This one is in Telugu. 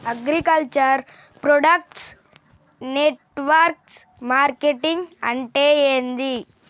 అగ్రికల్చర్ ప్రొడక్ట్ నెట్వర్క్ మార్కెటింగ్ అంటే ఏంది?